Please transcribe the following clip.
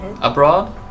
abroad